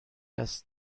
است